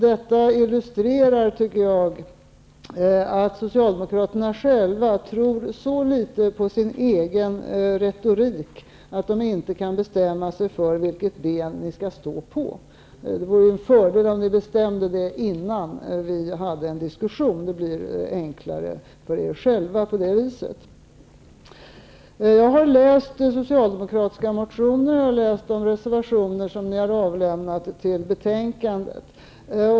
Detta illustrerar tycker jag, att socialdemokraterna själva tror så litet på sin egen retorik att de inte kan bestämma sig för vilket ben de skall stå på. Det vore en fördel om de kunde bestämma sig innan vi har en diskussion. Det skulle bli enklare för dem själva på det viset. Jag har läst socialdemokratiska motioner och jag har läst de reservationer socialdemokraterna har avlämnat till betänkandet.